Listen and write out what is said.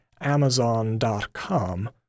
Amazon.com